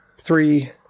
three